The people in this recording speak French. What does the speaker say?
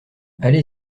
allez